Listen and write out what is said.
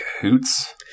cahoots